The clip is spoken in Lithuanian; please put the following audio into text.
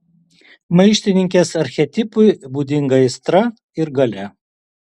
maištininkės archetipui būdinga aistra ir galia